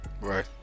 Right